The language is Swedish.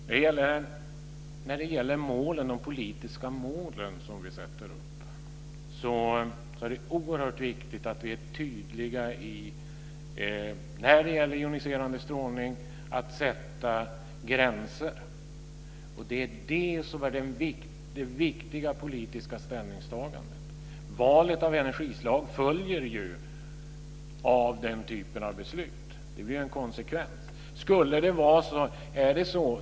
Fru talman! När det gäller de politiska mål som vi sätter upp är det oerhört viktigt att vi är tydliga när vi sätter gränser för joniserande strålning. Detta är det viktiga politiska ställningstagandet. Valet av energislag följer ju av den typen av beslut; det blir alltså en konsekvens.